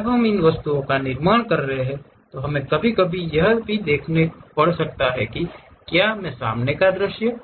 जब हम इन वस्तुओं का निर्माण कर रहे हैं तो हमें कभी कभी यह भी देखना पड़ सकता है कि क्या मैं सामने का दृश्य